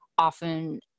often